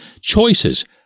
choices